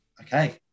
Okay